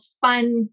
fun